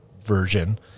version